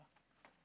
בבקשה.